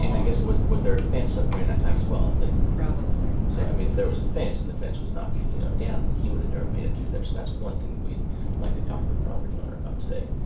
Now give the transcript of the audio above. and i guess, was was there a fence up there in that time as well? probably. so i mean if there was a fence and the fence was knocked yeah down, he would've never made it through there. so that's one thing that we'd like to talk to the property owner about today.